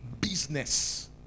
business